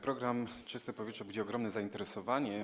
Program „Czyste powietrze” budzi ogromne zainteresowanie.